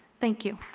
thank you.